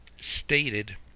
stated